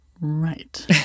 right